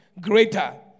greater